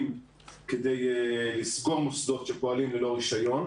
כדי לסגור מוסדות שפועלים ללא רישיון.